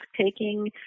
taking